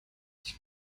ich